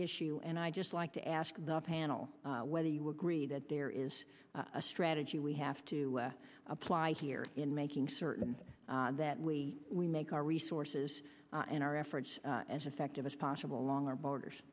issue and i just like to ask the panel whether you agree that there is a strategy we have to apply here in making certain that we we make our resources and our efforts as effective as possible along our borders